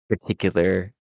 particular